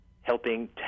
helping